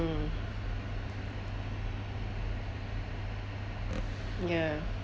ya